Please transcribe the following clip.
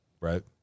right